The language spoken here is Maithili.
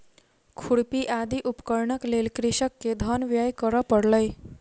खुरपी आदि उपकरणक लेल कृषक के धन व्यय करअ पड़लै